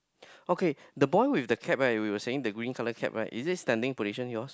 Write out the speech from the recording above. okay the boy with the cap right we were saying the green colour cap right is it standing position yours